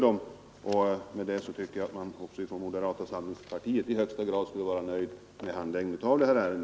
Jag tycker således att man också från moderata samlingspartiet borde vara i högsta grad nöjd med handläggningen av det här ärendet.